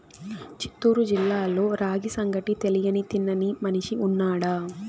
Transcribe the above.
చిత్తూరు జిల్లాలో రాగి సంగటి తెలియని తినని మనిషి ఉన్నాడా